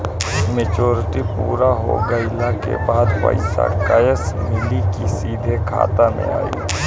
Maturity पूरा हो गइला के बाद पईसा कैश मिली की सीधे खाता में आई?